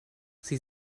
sie